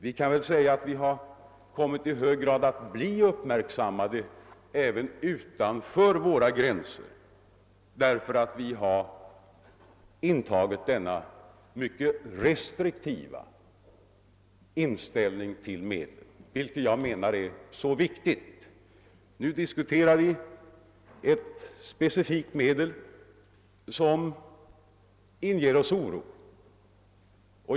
Vi kan väl säga att vi i hög grad har kommit att bli uppmärksammade även utanför våra gränser genom att vi har intagit denna mycket restriktiva inställning till dessa medel. Nu diskuterar vi ett specifikt medel, som inger oss oro.